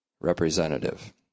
representative